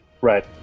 Right